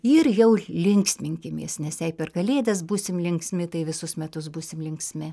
ir jau linksminkimės nes jei per kalėdas būsim linksmi tai visus metus būsim linksmi